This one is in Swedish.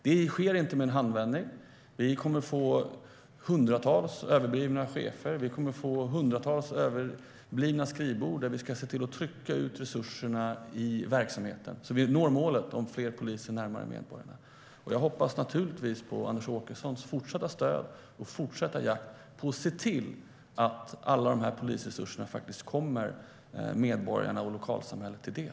Detta sker inte i en handvändning. Vi kommer att få hundratals överblivna chefer och hundratals överblivna skrivbord, men vi ska se till att trycka ut resurserna i verksamheten så att vi når målet om fler poliser närmare medborgarna. Jag hoppas på Anders Åkessons fortsatta stöd i jakten på att se till att alla dessa polisresurser kommer medborgarna och lokalsamhället till del.